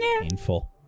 Painful